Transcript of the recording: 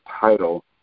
Title